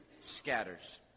scatters